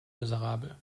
miserabel